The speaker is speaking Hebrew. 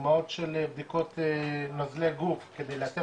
הדוגמאות של בדיקות נוזלי גוף כדי לאתר